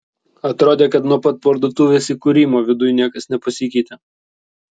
atrodė kad nuo pat parduotuvės įkūrimo viduj niekas nepasikeitė